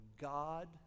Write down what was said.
God